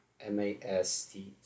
M-A-S-T